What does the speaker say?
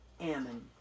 Ammon